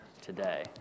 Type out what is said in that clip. today